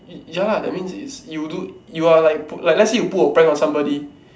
ya lah that means it's you do you're like pull let's say you pull a prank on somebody